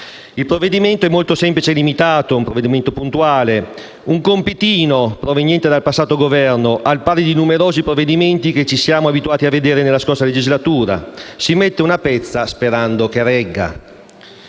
Il provvedimento è molto semplice e limitato, è un provvedimento puntuale; un compitino proveniente dal passato Governo, al pari di numerosi provvedimenti che ci siamo abituati a vedere nella scorsa legislatura. Si mette una pezza sperando che regga.